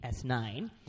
S9